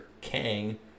Kang